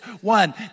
One